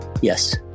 Yes